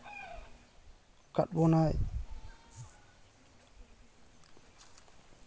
ᱠᱟᱫ ᱵᱚᱱᱟᱭ